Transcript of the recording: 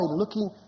looking